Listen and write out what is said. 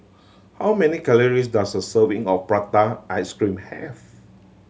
how many calories does a serving of prata ice cream have